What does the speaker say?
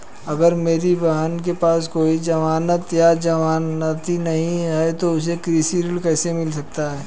अगर मेरी बहन के पास कोई जमानत या जमानती नहीं है तो उसे कृषि ऋण कैसे मिल सकता है?